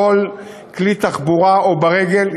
בכל כלי תחבורה או ברגל,